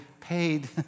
paid